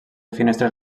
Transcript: finestres